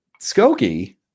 Skokie